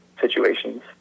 situations